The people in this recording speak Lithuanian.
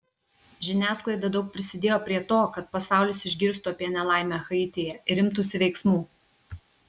žiniasklaida daug prisidėjo prie to kad pasaulis išgirstų apie nelaimę haityje ir imtųsi veiksmų